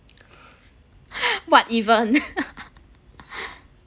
what even